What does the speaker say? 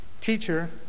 Teacher